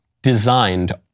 designed